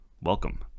Welcome